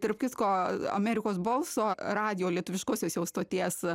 tarp kitko amerikos balso radijo lietuviškosios jau stoties